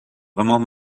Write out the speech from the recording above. vraiment